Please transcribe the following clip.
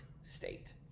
state